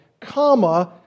comma